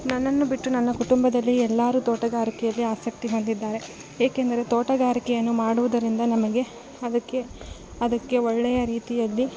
ನನ್ನನ್ನು ಬಿಟ್ಟು ನನ್ನ ಕುಟುಂಬದಲ್ಲಿ ಎಲ್ಲರು ತೋಟಗಾರಿಕೆಯಲ್ಲಿ ಆಸಕ್ತಿ ಹೊಂದಿದ್ದಾರೆ ಏಕೆಂದರೆ ತೋಟಗಾರಿಕೆಯನ್ನು ಮಾಡುವುದರಿಂದ ನಮಗೆ ಅದಕ್ಕೆ ಅದಕ್ಕೆ ಒಳ್ಳೆಯ ರೀತಿಯಲ್ಲಿ